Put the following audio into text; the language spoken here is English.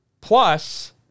plus